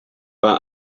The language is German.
bei